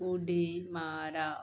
उडी मारा